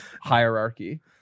hierarchy